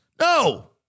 No